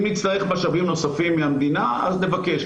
אם נצטרך משאבים נוספים מהמדינה אז נבקש,